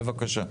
בבקשה.